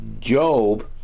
Job